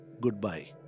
Goodbye